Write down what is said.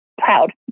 proud